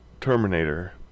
Terminator